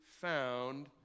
found